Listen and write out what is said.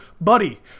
buddy